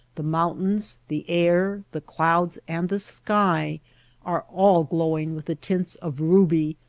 the moun tains, the air, the clouds, and the sky are all glowing with the tints of ruby,